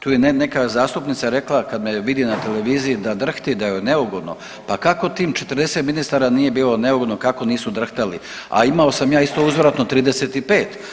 Tu je neka zastupnica rekla kad me vidi na televiziji da drhti, da joj je neugodno, pa kako tim 40 ministara nije bilo neugodno, kako nisu drhtali, a imamo sam ja isto uzvratno 35.